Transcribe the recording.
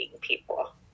people